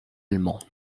allemand